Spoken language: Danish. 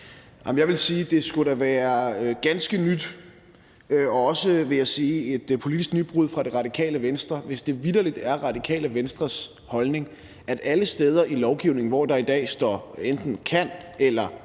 jeg vil sige, at det da skulle være ganske nyt og også, vil jeg sige, et politisk nybrud fra Radikale Venstres side, hvis det vitterlig er Radikale Venstres holdning, at alle steder i lovgivningen, hvor der i dag står enten »kan« eller